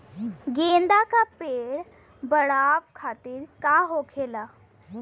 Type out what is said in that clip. गेंदा का पेड़ बढ़अब खातिर का होखेला?